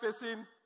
facing